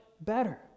better